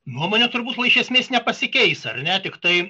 nuomonė turbūt na iš esmės nepasikeis ar ne tiktai